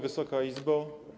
Wysoka Izbo!